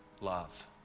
love